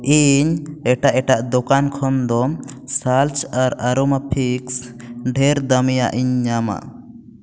ᱤᱧ ᱮᱴᱟᱜ ᱮᱴᱟᱜ ᱫᱚᱠᱟᱱ ᱠᱷᱚᱱ ᱫᱚ ᱥᱟᱞᱥ ᱟᱨ ᱟᱨᱳᱢᱟ ᱯᱷᱤᱥ ᱰᱷᱮᱨ ᱫᱟᱹᱢᱤᱭᱟᱜ ᱤᱧ ᱧᱟᱢᱟ